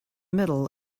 middle